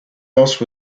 else